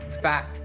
fat